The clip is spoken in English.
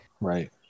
right